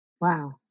Wow